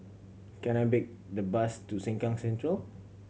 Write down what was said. can I big the bus to Sengkang Central